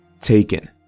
taken